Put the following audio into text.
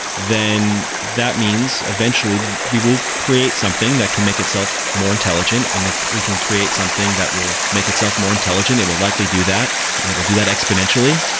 then that means eventually we will create something that can make itself more intelligent. and if we can create something that will make itself more intelligent, it will likely do that and it will do that exponentially,